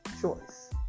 choice